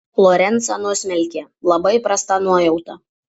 lorencą nusmelkė labai prasta nuojauta